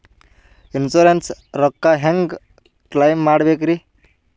Insurance ರೊಕ್ಕ ಹೆಂಗ claim ಮಾಡ್ಬೇಕ್ರಿ?